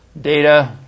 data